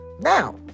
Now